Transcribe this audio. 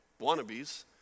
wannabes